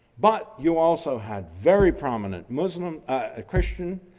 but you also have very prominent muslim ah christian,